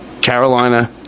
Carolina